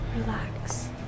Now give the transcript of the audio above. Relax